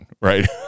right